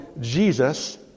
Jesus